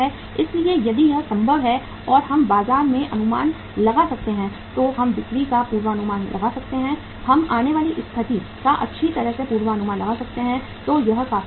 इसलिए यदि यह संभव है और हम बाजार का अनुमान लगा सकते हैं तो हम बिक्री का पूर्वानुमान लगा सकते हैं हम आने वाली स्थिति का अच्छी तरह से पूर्वानुमान लगा सकते हैं तो यह काफी संभव है